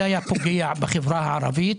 זה היה פוגע בחברה הערבית,